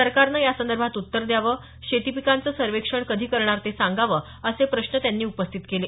सरकारनं यासंदर्भात उत्तर द्यावं शेतीपिकांचं सर्वेक्षण कधी करणार ते सागावं असे प्रश्न त्यांनी उपस्थित केले